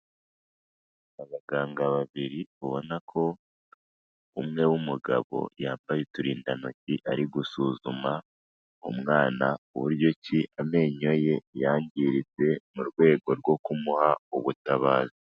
Abaganga babiri ubona ko umwe w'umugabo yambaye uturindantoki ari gusuzuma umwana uburyo ki amenyo ye yangiritse mu rwego rwo kumuha ubutabazi.